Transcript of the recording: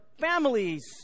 families